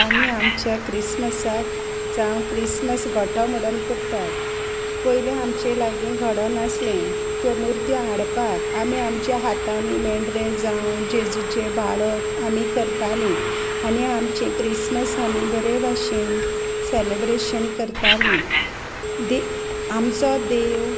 आमी आमच्या क्रिसमसाक जावं क्रिसमस घोटो मोडोन करतात पयलीं आमचें लागीं घोडो नासलें त्यो मुर्ती हाडपाक आमी आमच्या हातांनी मेंढरे जावं जेजूचें बाळक आमी करतालीं आनी आमचें क्रिसमस आमी बरे भाशेन सेलेब्रेशन करतालीं दे आमचो देव